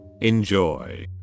enjoy